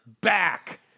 back